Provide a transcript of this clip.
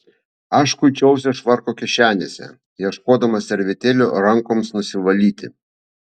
aš kuičiausi švarko kišenėse ieškodamas servetėlių rankoms nusivalyti